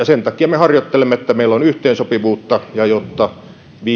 sen takia me harjoittelemme että meillä on yhteensopivuutta ja jotta